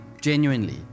genuinely